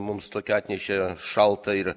mums tokią atnešė šaltą ir